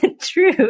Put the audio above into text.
true